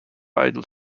idle